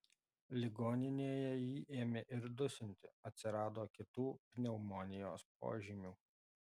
ligoninėje jį ėmė ir dusinti atsirado kitų pneumonijos požymių